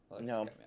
No